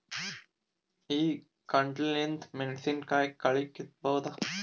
ಈ ಕಂಟಿಲಿಂದ ಮೆಣಸಿನಕಾಯಿ ಕಳಿ ಕಿತ್ತಬೋದ?